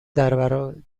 درباره